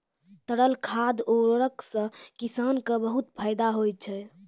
तरल खाद उर्वरक सें किसान क बहुत फैदा होय छै